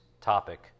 topic